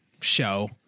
show